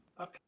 Okay